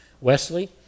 Wesley